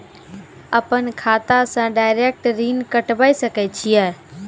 अपन खाता से डायरेक्ट ऋण कटबे सके छियै?